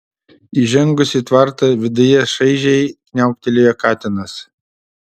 įžengus į tvartą viduje šaižiai kniauktelėjo katinas